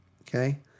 okay